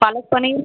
palak paneer